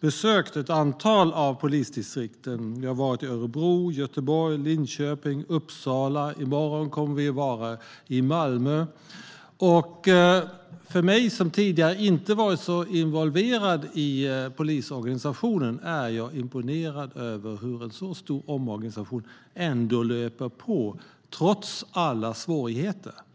besökt ett antal av polisdistrikten. Vi har varit i Örebro, Göteborg, Linköping och Uppsala. I morgon kommer vi att vara i Malmö. Jag har tidigare inte varit så involverad i polisorganisationen. Jag är imponerad över hur en så stor omorganisation löper på trots alla svårigheter.